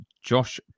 Josh